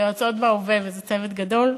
ליועצות בהווה, וזה צוות גדול: